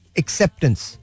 acceptance